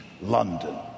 London